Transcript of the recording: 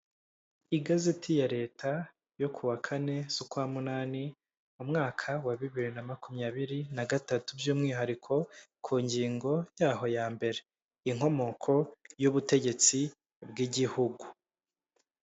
Igazeti ya leta yo ku wa kane z'ukwa munani mu mwaka wa bibiri na makumyabiri na gatatu by'ummwihariko ku ngingo yaho ya mbere, inkomoko y'ubutegetsi bw'igihugu.